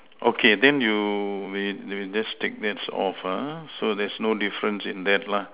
okay then you may may just take that off ah so there is no difference in that lah